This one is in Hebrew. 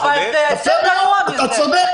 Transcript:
אני אומר לך: